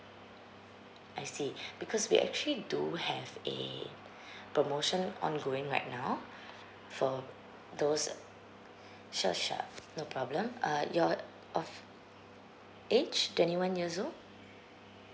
I see because we actually do have a promotion ongoing right now for those sure sure no problem uh you're of age twenty one years old